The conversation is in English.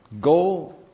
Go